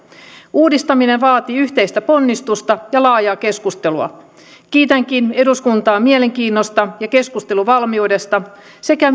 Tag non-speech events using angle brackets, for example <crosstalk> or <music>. uudistaminen vaatii yhteistä ponnistusta ja laajaa keskustelua kiitänkin eduskuntaa mielenkiinnosta ja keskusteluvalmiudesta sekä <unintelligible>